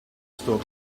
store